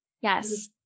yes